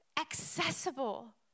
accessible